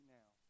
now